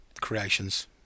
creations